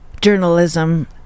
journalism